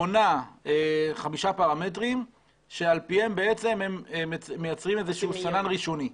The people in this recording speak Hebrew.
בונה חמישה פרמטרים שעל פיהם הם מייצרים איזשהו סנן ראשוני.